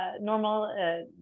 normal